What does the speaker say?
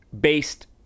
based